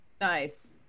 Nice